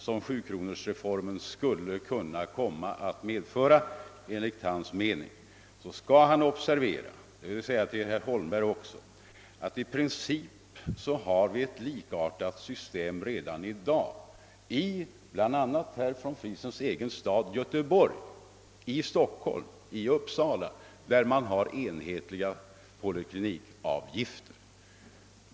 som sjukronorsreformen enligt hans mening skulle kunna komma att medföra, så bör han observera — och det säger jag även till herr Holmberg — att vi i princip redan i dag har ett likartat system i herr von Friesens egen stad Göteborg samt även i Stockholm och Uppsala, i vilka städer man har enhetliga poliklinikavgifter.